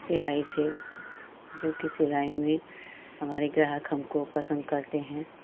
सिलाई से जो कि सिलाई में हमारे ग्राहक हमको पसंद करते हैं